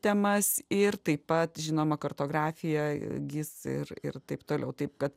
temas ir taip pat žinoma kartografija gis ir ir taip toliau taip kad